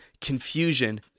confusion